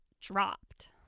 dropped